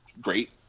great